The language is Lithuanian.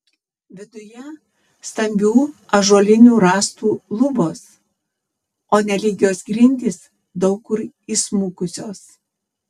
viduje stambių ąžuolinių rąstų lubos o nelygios grindys daug kur įsmukusios